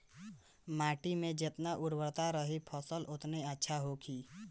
माटी में जेतना उर्वरता रही फसल ओतने अच्छा होखी